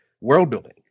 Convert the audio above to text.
world-building